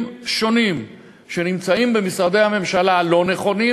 שונים שנמצאים במשרדי הממשלה הלא-נכונים,